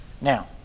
Now